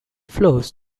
flows